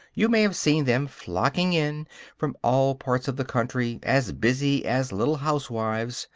you may have seen them flocking in from all parts of the country, as busy as little housewives,